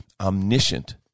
omniscient